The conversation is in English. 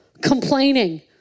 complaining